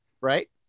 right